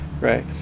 right